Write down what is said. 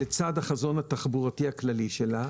לצד החזון התחבורתי הכללי שלה.